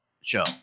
show